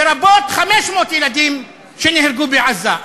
לרבות 500 ילדים שנהרגו בעזה.